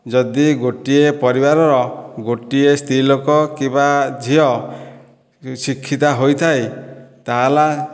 ଯଦି ଗୋଟିଏ ପରିବାରର ଗୋଟିଏ ସ୍ତ୍ରୀ ଲୋକ କିମ୍ବା ଝିଅ ଶିକ୍ଷିତା ହୋଇଥାଏ ତାହାଲେ